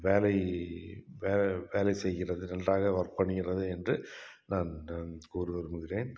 வேலை வே வேலை செய்கிறது நன்றாக ஒர்க் பண்ணுகிறது என்று நான் கூற விரும்புகிறேன்